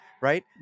right